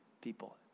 people